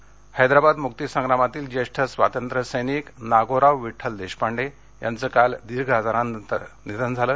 निधन हैदराबाद मुक्तीसंग्रामातील ज्येष्ठ स्वातंत्र्य सैनिक नागोराव विट्टल देशपांडे यांचं काल दीर्घ आजारानंतर निधन झालं